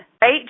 right